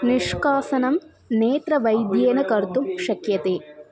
निष्कासनं नेत्रवैद्येन कर्तुं शक्यते